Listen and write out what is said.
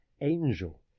angel